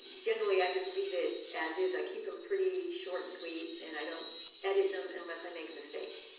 generally i just leave it as is. i keep them pretty short and sweet, and i don't edit them unless i make a mistake,